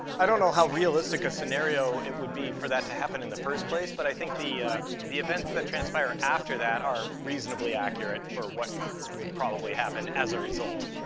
i don't know how realistic a scenario it would be for that to happen in the first place, but i think the the events that transpire after that are reasonably accurate for what would probably happen as a result.